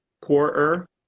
poorer